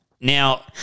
now